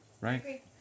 Right